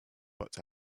but